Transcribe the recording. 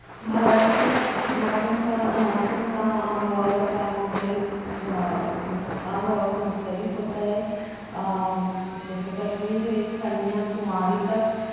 بھارت میں موسم کا موسم کا آب و ہوا کا مختلف آب و ہوا کا مختلف ہوتا ہے جیسے کشمیر سے لے کے کنیا کماری تک